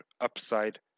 upside